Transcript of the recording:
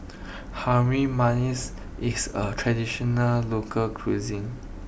Harum Manis is a traditional local cuisine